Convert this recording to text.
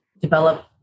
develop